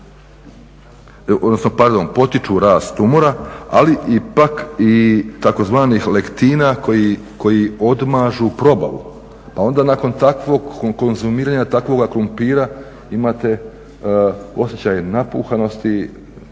odnosno pardon potiču rast tumora ali ipak i tzv. lektina koji odmažu probavu pa onda nakon takvog konzumiranja takvoga krumpira imate osjećaj napuhanosti,